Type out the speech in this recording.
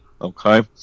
Okay